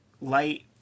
light